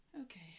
Okay